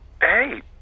Hey